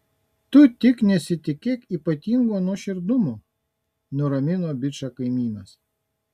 tu tik nesitikėk ypatingo nuoširdumo nuramino bičą kaimynas